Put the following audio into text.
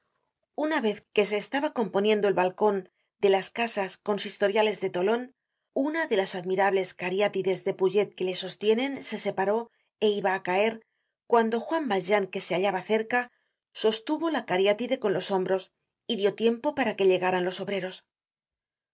una vez que se estaba componiendo el balcon de las casas consistoriales de tolon una de las admirables cariátides de puget que le sostienen se separó é iba á caer cuando juan valjean que se hallaba cerca sostuvo la cariátide con los hombros y dió tiempo para que llegaran los obreros su